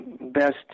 best